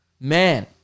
Man